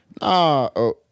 Nah